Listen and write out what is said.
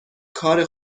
کار